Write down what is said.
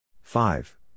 Five